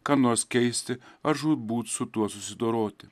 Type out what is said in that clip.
ką nors keisti ar žūtbūt su tuo susidoroti